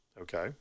Okay